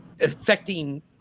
affecting